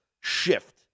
shift